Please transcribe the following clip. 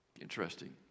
Interesting